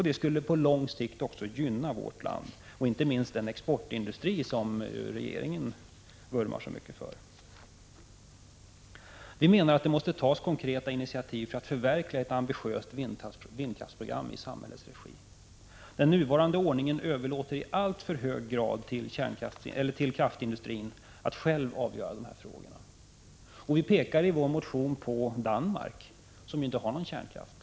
Det skulle på lång sikt gynna vårt land och inte minst den exportindustri som regeringen vurmar så mycket för. Vi menar att det måste tas konkreta initiativ för att förverkliga ett ambitiöst vindkraftsprogram i samhällets regi. Den nuvarande ordningen överlåter i alltför hög grad till kraftindustrin att själv avgöra dessa frågor. Vi pekar i vår motion på Danmark, som ju inte har någon kärnkraft.